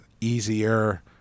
easier